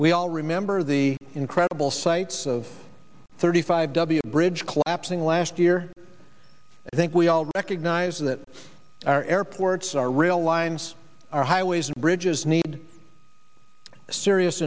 we all remember the incredible sights of thirty five w bridge collapsing last year i think we all recognize that our airports are rail lines our highways bridges need serious